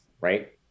right